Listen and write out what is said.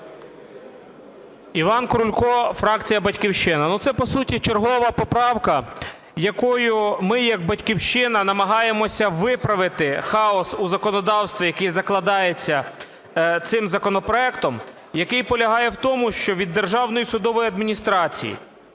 Іван Крулько, фракція "Батьківщина". Це, по суті, чергова поправка, якою ми як "Батьківщина" намагаємося виправити хаос у законодавстві, який закладається цим законопроектом, який полягає в тому, що від Державної судової адміністрації,